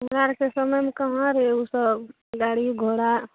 हमरा आरके समयमे कहाँ रहय उ सब गाड़ी घोड़ा